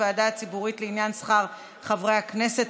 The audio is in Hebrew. הוועדה הציבורית לעניין שכר חברי הכנסת),